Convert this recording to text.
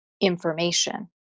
information